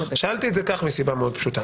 שאלתי את זה כך מסיבה מאוד פשוטה.